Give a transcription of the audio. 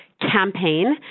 campaign